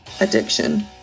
addiction